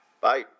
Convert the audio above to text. Bye